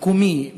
מקומי,